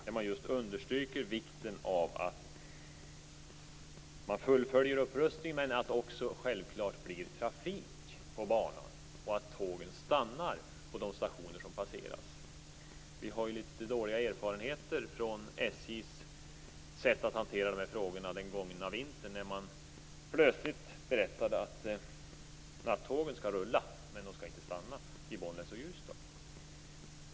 I brevet understryker man vikten av att upprustningen fullföljs men också betydelsen av att det blir trafik på banan och att tågen stannar på de stationer som passeras. Vi har ju litet dåliga erfarenheter från den gångna vintern av SJ:s sätt att hantera de här frågorna. Man berättade då plötsligt att nattågen skall rulla men att de inte skall stanna i Bollnäs och Ljusdal.